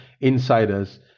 insiders